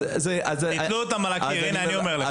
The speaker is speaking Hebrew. הנה, אני אומר לך.